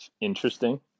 interesting